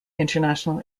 international